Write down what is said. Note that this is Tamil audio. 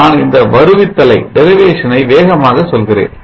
நான் இந்த வருவித்தலை வேகமாக சொல்கிறேன்